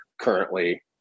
currently